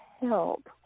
help